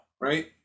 right